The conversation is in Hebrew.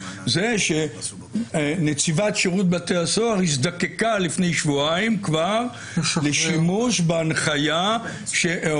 זה שנציבת שירות בתי הסוהר הזדקקה לפני שבועיים כבר לשימוש בהנחיה או